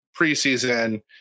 preseason